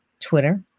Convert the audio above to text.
Twitter